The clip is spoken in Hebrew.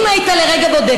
אם היית לרגע בודק,